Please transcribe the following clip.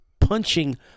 punching